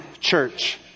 church